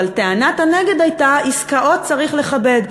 אבל טענת הנגד הייתה: עסקאות צריך לכבד.